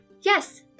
Yes